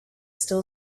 still